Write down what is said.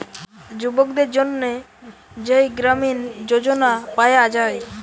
যুবকদের জন্যে যেই গ্রামীণ যোজনা পায়া যায়